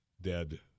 dead